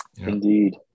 Indeed